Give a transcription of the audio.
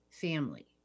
family